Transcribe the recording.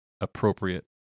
appropriate